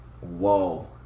Whoa